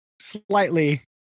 slightly